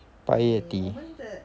八月底